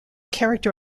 character